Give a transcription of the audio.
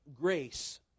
grace